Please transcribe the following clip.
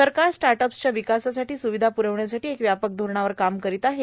सरकार स्टाट अप्सच्या विकासासाठां स्रावधा प्रवण्यासाठां एका व्यापक धोरणावर काम करत आहे